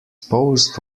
post